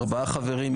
4 חברים,